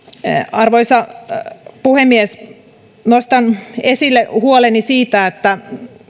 arvoisa puhemies nostan esille huoleni siitä että